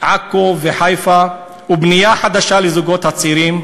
עכו וחיפה ובנייה חדשה לזוגות הצעירים,